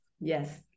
yes